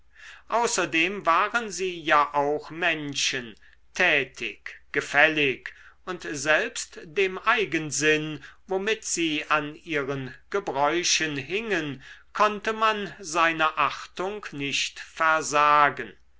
außerdem waren sie ja auch menschen tätig gefällig und selbst dem eigensinn womit sie an ihren gebräuchen hingen konnte man seine achtung nicht versagen